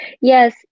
Yes